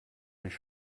mich